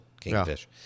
Kingfish